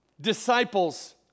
Disciples